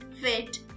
fit